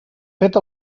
fet